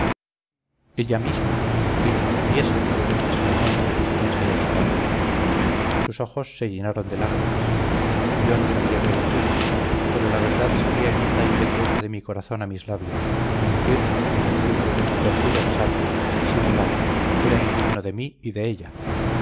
ella misma y lo confiesa exclamó entre suspensa y aterrada sus ojos se llenaron de lágrimas yo no sabía qué decirle pero la verdad salía en onda impetuosa de mi corazón a mis labios mentir fingir tergiversar disimular era indigno de mí y de ella